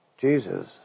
Jesus